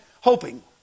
hoping